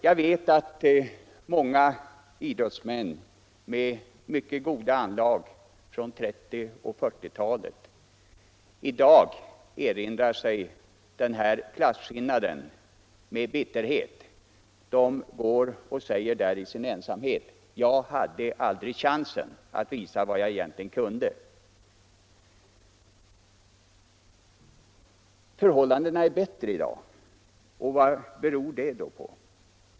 Jag vet att många idrottsmän från 1930 och 1940-talen med mycket goda anlag i dag erinrar sig den här klasskillnaden med bitterhet. De går och säger i sin ensamhet: ”Jag hade aldrig chansen att visa vad jag egentligen kunde.” Förhållandena är bättre i dag. Vad beror det på?